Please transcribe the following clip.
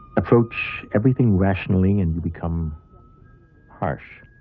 approach everything rationally, and you become harsh.